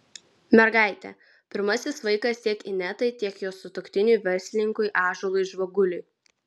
mergaitė pirmasis vaikas tiek inetai tiek jos sutuoktiniui verslininkui ąžuolui žvaguliui